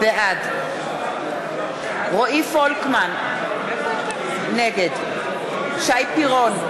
בעד רועי פולקמן, נגד שי פירון,